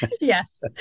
Yes